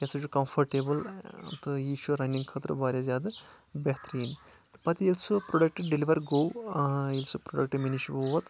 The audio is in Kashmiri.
یہِ ہسا چھُ کَمفٲرٹَیبٕل تہٕ یہِ چھُ رَنِنٛگ خٲطرٕ واریاہ زیادٕ بہتریٖن تہٕ پَتہٕ ییٚلہِ سُہ پروڈَکٹ ڈیٚلِوَر گوٚو ییٚلہِ سُہ پروڈَکٹ مےٚ نِش ووت